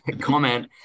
comment